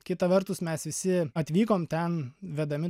kita vertus mes visi atvykom ten vedami